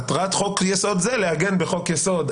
מטרת חוק-יסוד זה להגן בחוק-יסוד.